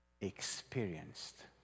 experienced